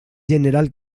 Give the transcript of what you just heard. general